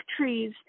trees